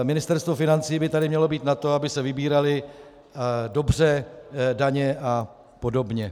Ministerstvo financí by tady mělo být na to, aby se vybíraly dobře daně a podobně.